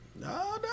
No